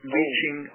reaching